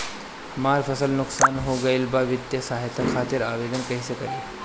हमार फसल नुकसान हो गईल बा वित्तिय सहायता खातिर आवेदन कइसे करी?